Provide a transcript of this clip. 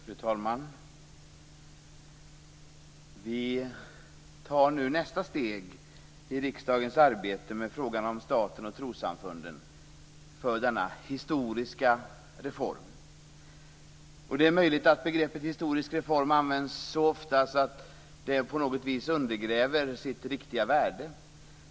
Fru talman! Vi tar nu nästa steg i riksdagens arbete med frågan om staten och trossamfunden och denna historiska reform. Det är möjligt att begreppet historisk reform används så ofta att det på något sätt undergräver dess riktiga värde.